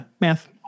math